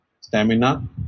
stamina